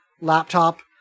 laptop